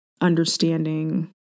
understanding